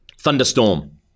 Thunderstorm